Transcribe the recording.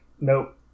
nope